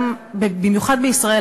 במיוחד בישראל,